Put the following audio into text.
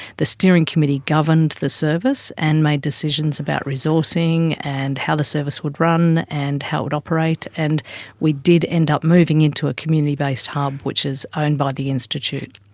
the steering committee governed the service and made decisions about resourcing and how the service would run and how it would operate. and we did end up moving into a community-based hub which is owned by the institute.